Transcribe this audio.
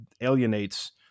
alienates